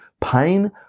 pain